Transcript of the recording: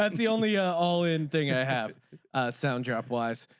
ah the only ah all in thing i have sound jeff wise.